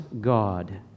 God